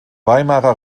weimarer